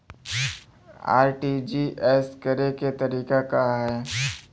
RTGS करे के तरीका का हैं?